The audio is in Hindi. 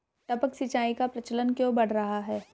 टपक सिंचाई का प्रचलन क्यों बढ़ रहा है?